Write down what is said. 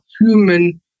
human